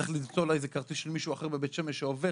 צריך למצוא לה איזה כרטיס של מישהו אחר בבית שמש שעובר,